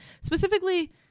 Specifically